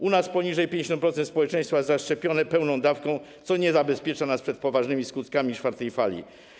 U nas poniżej 50% społeczeństwa jest zaszczepione pełną dawką, co nie zabezpiecza nas przed poważnymi skutkami czwartej fali.